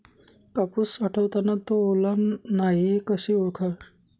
कापूस साठवताना तो ओला नाही हे कसे ओळखावे?